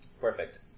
Perfect